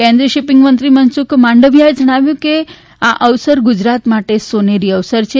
કેન્દ્રીય શિપિંગમંત્રી મનસુખ માંડવીયાએ જણાવ્યું હતુ કે અવસર ગુજરાત માટે સોનેરી અવસર છે